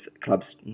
clubs